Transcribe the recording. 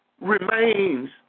remains